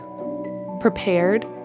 Prepared